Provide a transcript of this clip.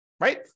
right